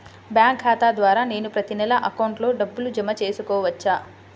Bank ఖాతా ద్వారా నేను ప్రతి నెల అకౌంట్లో డబ్బులు జమ చేసుకోవచ్చా?